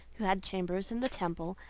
who had chambers in the temple,